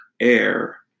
Air